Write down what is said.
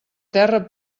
terra